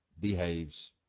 behaves